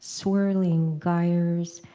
swirling gyres,